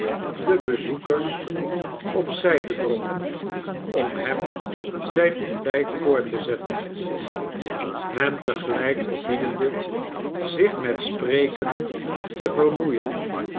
de bezoekers op zijde drong om hem zijn ontbijt voor te zetten hem te gelijk verbiedende zich met spreken te vermoeien